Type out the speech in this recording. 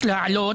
להעלות